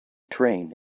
train